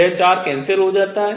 यह 4 cancel हो जाता है